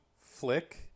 Flick